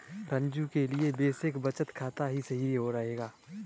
रंजू के लिए बेसिक बचत खाता ही सही रहेगा